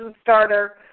starter